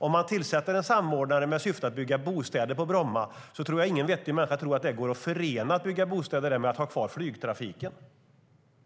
Om man tillsätter en samordnare med syfte att bygga bostäder på Bromma tror jag inte att någon vettig människa tror att det går att förena det med att ha kvar flygtrafiken.